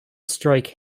strike